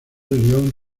lyon